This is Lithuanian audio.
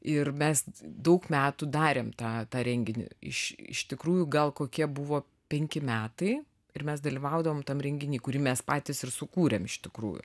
ir mes daug metų darėm tą tą renginį iš iš tikrųjų gal kokie buvo penki metai ir mes dalyvaudavom tam renginy kurį mes patys ir sukūrėm iš tikrųjų